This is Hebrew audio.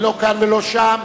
פ/1429/18.